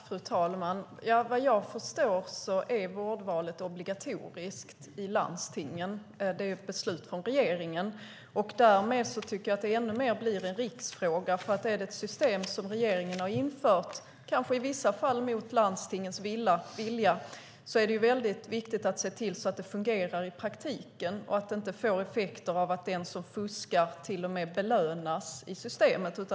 Fru talman! Vad jag har förstått är vårdvalet obligatoriskt i landstingen. Det är ett beslut från regeringen, och därmed tycker jag att det ännu mer blir en riksfråga. Det är ju ett system som regeringen har infört, kanske i vissa fall mot landstingets vilja, och då är det väldigt viktigt att se till att det fungerar i praktiken och inte får effekten att den som fuskar till och med belönas i systemet.